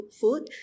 food